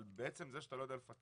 אבל בעצם זה שאתה לא יודע לפקח,